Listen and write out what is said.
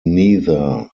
neither